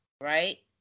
right